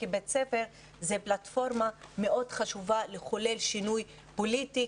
כי בית ספר הוא פלטפורמה חשובה מאוד לחולל שינוי פוליטי,